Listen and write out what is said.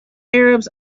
arabs